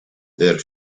their